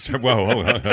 whoa